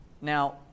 Now